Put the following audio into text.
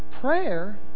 Prayer